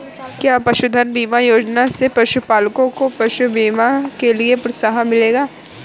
क्या पशुधन बीमा योजना से पशुपालकों को पशु बीमा के लिए प्रोत्साहन मिलेगा?